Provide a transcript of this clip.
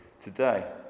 today